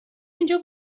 اینجا